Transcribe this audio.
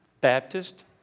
Baptist